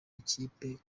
ikipe